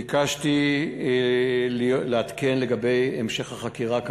ביקשתי לעדכן לגבי המשך החקירה.